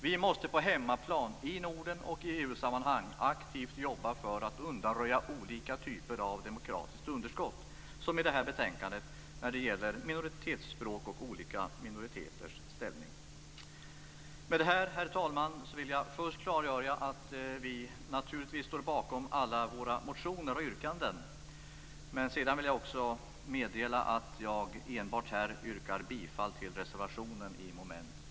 Vi måste på hemmaplan, i Norden och i EU-sammanhang, aktivt jobba för att undanröja olika typer av demokratiskt underskott, som i det här betänkandet när det gäller minoritetsspråk och olika minoriteters ställning. Med detta, herr talman, vill jag först klargöra att vi naturligtvis står bakom alla våra motioner och yrkanden. Sedan vill jag också meddela att jag enbart yrkar bifall till reservationen under mom. 12.